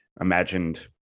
imagined